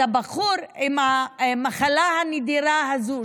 אז הבחור עם המחלה הנדירה הזו,